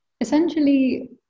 essentially